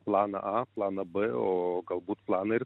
planą a planą b o galbūt planą ir